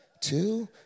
two